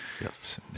yes